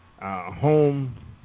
Home